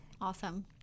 Awesome